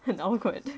很 awkward